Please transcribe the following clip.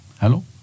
Hello